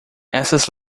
essas